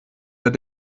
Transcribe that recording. der